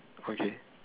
okay